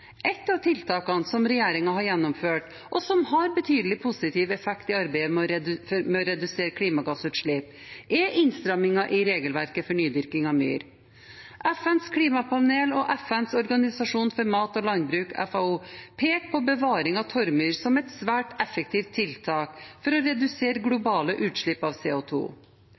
av tiltakene som regjeringen har gjennomført, og som har betydelig positiv effekt i arbeidet med å redusere klimagassutslipp, er innstrammingen i regelverket for nydyrking av myr. FNs klimapanel og FNs organisasjon for mat og landbruk, FAO, peker på bevaring av torvmyrer som et svært effektivt tiltak for å redusere globale utslipp av